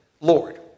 Lord